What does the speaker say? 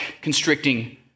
constricting